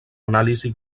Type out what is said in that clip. anàlisi